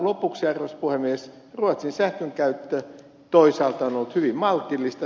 lopuksi arvoisa puhemies ruotsin sähkön käyttö toisaalta on ollut hyvin maltillista